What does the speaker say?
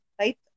right